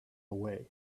away